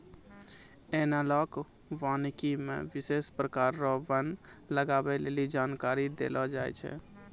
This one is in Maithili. एनालाँक वानिकी मे विशेष प्रकार रो वन लगबै लेली जानकारी देलो जाय छै